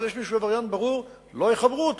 אבל מי שהוא עבריין ברור לא יחברו אותו.